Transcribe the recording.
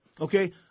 okay